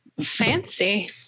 Fancy